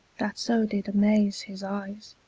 that so did maze his eyes.